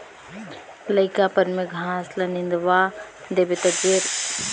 लइकापन में घास ल निंदवा देबे त जेर सुद्धा बन हर निकेल जाथे